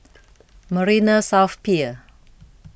Marina South Pier